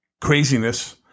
craziness